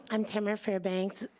i'm tamara fairbanks.